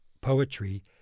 poetry